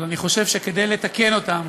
אבל אני חושב שכדי לתקן אותו,